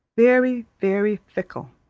very, very fickle.